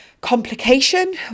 complication